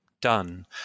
done